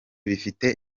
bifite